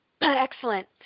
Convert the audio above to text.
Excellent